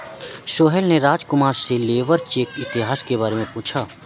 सोहेल ने राजकुमार से labour check के इतिहास के बारे में पूछा